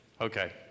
Okay